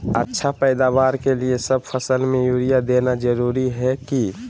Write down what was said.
अच्छा पैदावार के लिए सब फसल में यूरिया देना जरुरी है की?